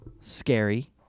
scary